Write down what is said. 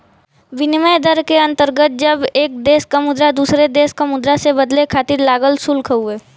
विनिमय दर के अंतर्गत जब एक देश क मुद्रा दूसरे देश क मुद्रा से बदले खातिर लागल शुल्क हउवे